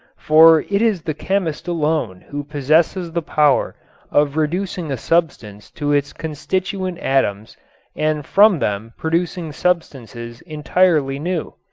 for it is the chemist alone who possesses the power of reducing a substance to its constituent atoms and from them producing substances entirely new.